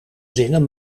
zinnen